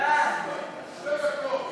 1 נתקבל.